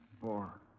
Four